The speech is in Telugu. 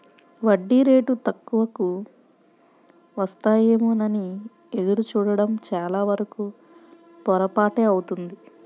వడ్డీ రేటు తక్కువకు వస్తాయేమోనని ఎదురు చూడడం చాలావరకు పొరపాటే అవుతుంది